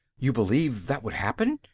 you believe that would happen?